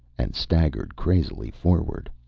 and staggered crazily forward.